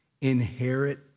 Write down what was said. inherit